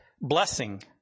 blessing